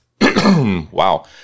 wow